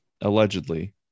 Allegedly